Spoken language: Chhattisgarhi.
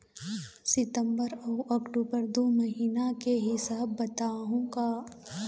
सितंबर अऊ अक्टूबर दू महीना के हिसाब बताहुं का?